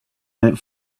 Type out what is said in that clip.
went